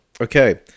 Okay